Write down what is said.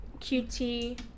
qt